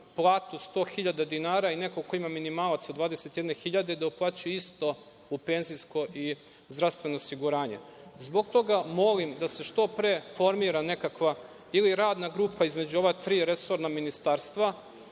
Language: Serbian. platu 100.000 dinara i neko ko ima minimalac od 21.000 da uplaćuje isto u penzijsko i zdravstveno osiguranje. Zbog toga molim da se što pre formira nekakva ili radna grupa između ova tri resorna ministarstva,